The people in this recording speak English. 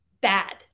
bad